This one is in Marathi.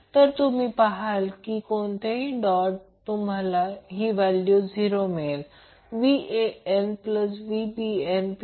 तर तुम्ही पहा कि कोणत्याही एका डॉटला तुम्हाला ही व्हॅल्यू मिळेल